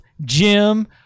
Jim